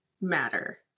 matter